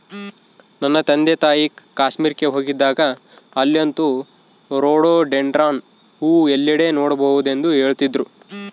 ನನ್ನ ತಂದೆತಾಯಿ ಕಾಶ್ಮೀರಕ್ಕೆ ಹೋಗಿದ್ದಾಗ ಅಲ್ಲಂತೂ ರೋಡೋಡೆಂಡ್ರಾನ್ ಹೂವು ಎಲ್ಲೆಡೆ ನೋಡಬಹುದೆಂದು ಹೇಳ್ತಿದ್ರು